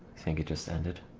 think it just ended